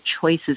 choices